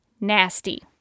Nasty